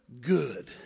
good